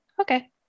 Okay